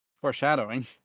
Foreshadowing